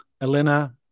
Elena